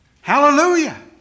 Hallelujah